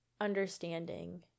understanding